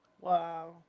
Wow